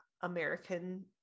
American